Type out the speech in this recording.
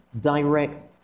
direct